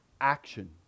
action